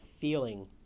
feeling